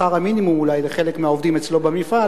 שכר המינימום אולי לחלק מהעובדים אצלו במפעל,